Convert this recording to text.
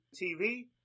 TV